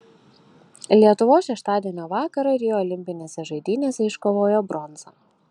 lietuvos šeštadienio vakarą rio olimpinėse žaidynėse iškovojo bronzą